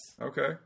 Okay